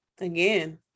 again